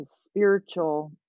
spiritual